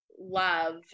love